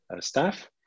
staff